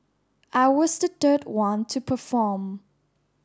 I was the third one to perform